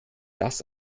das